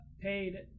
paid